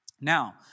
Now